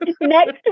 Next